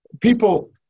People